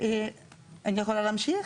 יכולה להמשיך?